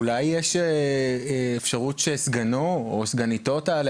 אולי יש אפשרות שהסגן שלו או הסגנית שלו יעלו,